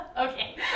Okay